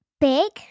Big